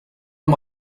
amb